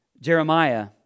Jeremiah